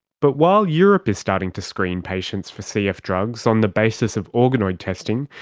but while europe is starting to screen patients for cf drugs on the basis of organoid testing,